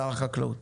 שר החקלאות